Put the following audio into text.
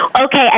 Okay